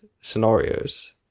scenarios